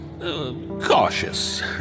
cautious